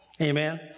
Amen